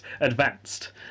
advanced